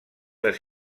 les